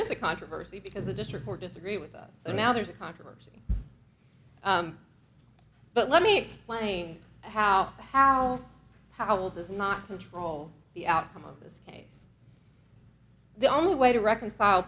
is a controversy because the district or disagree with us so now there's a controversy but let me explain how how how will this not control the outcome of this case the only way to reconcile